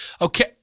Okay